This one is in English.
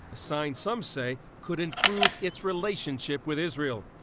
sign some say could improve its relationship with israel.